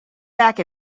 back